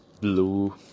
blue